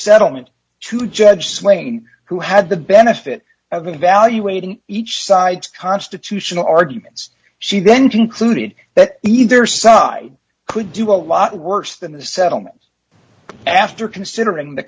settlement to judge swing who had the benefit of evaluating each side's constitutional arguments she then concluded that either side could do a lot worse than the settlement after considering the